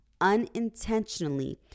unintentionally